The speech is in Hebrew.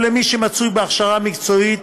או על מי שמצוי בהכשרה מקצועית,